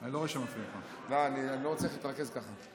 אני לא מצליח להתרכז ככה.